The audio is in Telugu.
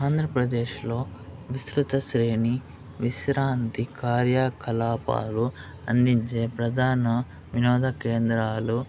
ఆంధ్రప్రదేశ్లో విస్తృత శ్రేణి విశ్రాంతి కార్యాకలాపాలు అందించే ప్రధాన వినోద కేంద్రాలు